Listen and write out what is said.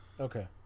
okay